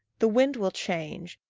the wind will change,